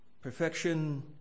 Perfection